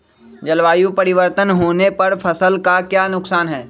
जलवायु परिवर्तन होने पर फसल का क्या नुकसान है?